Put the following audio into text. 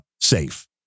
safe